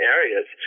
areas